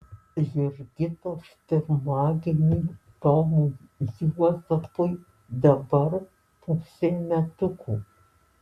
jurgitos pirmagimiui tomui juozapui dabar pusė metukų